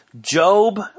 Job